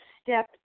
step